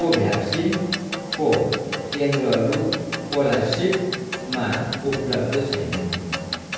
कोभ्याक्सिन खोपकेन्द्रहरू कोलासिबमा उपलब्ध छैनन्